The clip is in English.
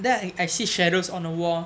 then you actually shadows on the wall